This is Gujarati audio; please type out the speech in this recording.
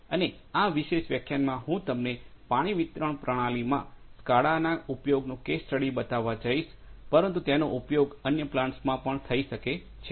અને આ વિશેષ વ્યાખ્યાનમાં હું તમને પાણી વિતરણ પ્રણાલીમાં સ્કાડાના ઉપયોગનો કેસ સ્ટડી બતાવવા જઈશ પરંતુ તેનો ઉપયોગ અન્ય પ્લાન્ટ્સમાં પણ થઈ શકે છે